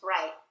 Right